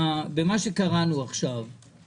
בו שבכל הצבעה והצבעה אין רוב לשום משרד אלא זה תמיד שווה.